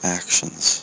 actions